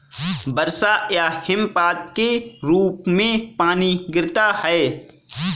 वर्षा या हिमपात के रूप में पानी गिरता है